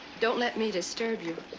don't let me disturb you.